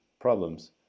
problems